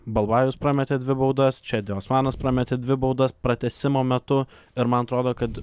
balvajus prametė dvi baudas čedi osmanas prametė dvi baudas pratęsimo metu ir man atrodo kad